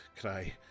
cry